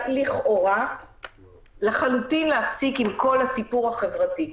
לכאורה לחלוטין להפסיק עם כל הבידוד החברתי.